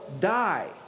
die